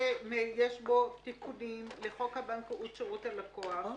שיש בו תיקונים לחוק הבנקאות (שירות ללקוח).